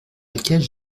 laquelle